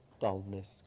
dullness